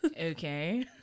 Okay